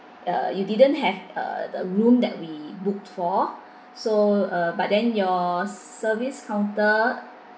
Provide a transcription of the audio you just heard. uh you didn't have uh the room that we booked for so uh but then your service counter